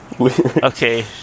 Okay